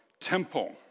temple